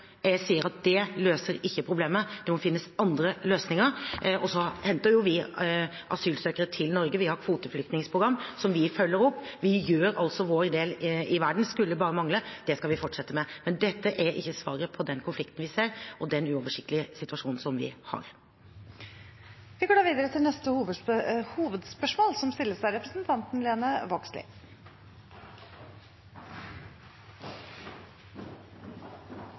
Jeg sier at det løser ikke problemet, at det må finnes andre løsninger. Så henter jo vi asylsøkere til Norge. Vi har et kvoteflyktningsprogram som vi følger opp. Vi gjør altså vår del i verden – det skulle bare mangle – og det skal vi fortsette med. Men dette er ikke svaret på den konflikten vi ser, og den uoversiktlige situasjonen som vi har. Vi går videre til neste hovedspørsmål.